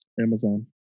Amazon